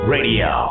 Radio